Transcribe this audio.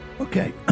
Okay